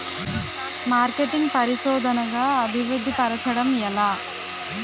marketing పరిశోధనదా అభివృద్ధి పరచడం ఎలా